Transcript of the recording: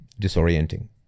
disorienting